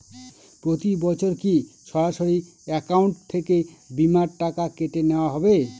প্রতি বছর কি সরাসরি অ্যাকাউন্ট থেকে বীমার টাকা কেটে নেওয়া হবে?